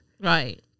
Right